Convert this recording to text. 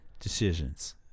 decisions